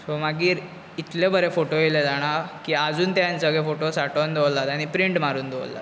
so मागीर इतले बरे फोटो येले जाणां की आजून ते हांवे सगळे फोटो सांठोवन दवरलात आनी प्रिंट मारून दवरलात